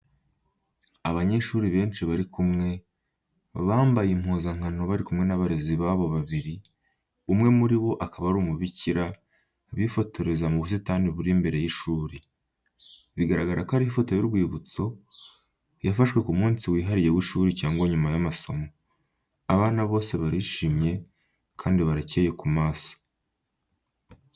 Abanyeshuri benshi bari kumwe, bambaye impuzankano bari kumwe n’abarezi babo babiri umwe muri bo akaba ari umubikira, bifotoreza mu busitani buri imbere y’ishuri. Bigaragara ko ari ifoto y’urwibutso yafashwe ku munsi wihariye w’ishuri cyangwa nyuma y’amasomo. Abana bose barishimye kandi baracyeye ku maso.